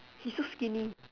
he's so skinny